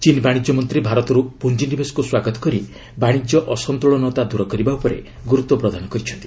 ଚୀନ୍ ବାଣିଜ୍ୟ ମନ୍ତ୍ରୀ ଭାରତରୁ ପୁଞ୍ଜିନିବେଶକୁ ସ୍ୱାଗତ କରି ବାଣିଜ୍ୟ ଅସନ୍ତୁଳନତା ଦୂର କରିବା ଉପରେ ଗୁରୁତ୍ୱ ପ୍ରଦାନ କରିଛନ୍ତି